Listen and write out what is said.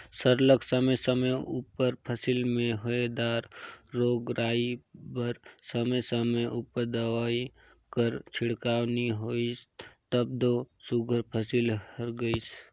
सरलग समे समे उपर फसिल में होए दार रोग राई बर समे समे उपर दवई कर छिड़काव नी होइस तब दो सुग्घर फसिल हर गइस